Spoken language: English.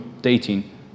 dating